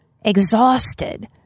exhausted